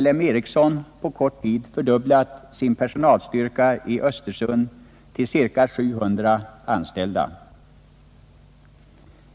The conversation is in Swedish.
LM Ericsson på kort tid fördubblat sin personalstyrka i Östersund till ca 700 anställda.